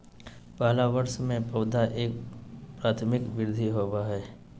पहला वर्ष में पौधा के प्राथमिक वृद्धि होबो हइ